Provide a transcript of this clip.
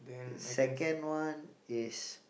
second one is